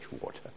water